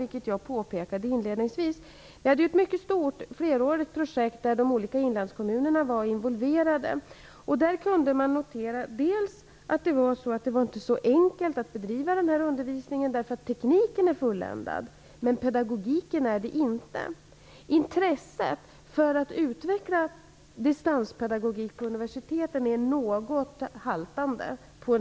Vi hade ju ett mycket stort, flerårigt projekt, där olika inlandskommuner var involverade. Där kunde man notera att det inte var så enkelt att bedriva den undervisningen. Tekniken är fulländad, men pedagogiken är det inte, och intresset på universiteten för att utveckla distanspedagogik är på en del håll något haltande.